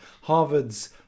Harvard's